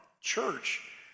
church